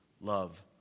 love